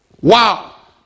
Wow